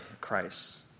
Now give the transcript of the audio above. Christ